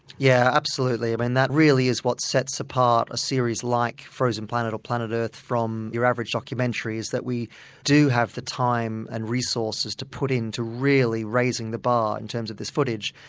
yeah absolutely, um and that really is what sets apart a series like frozen planet or planet earth from your average documentary is that we do have the time and resources to put into really raising the bar in terms of this footage.